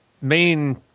main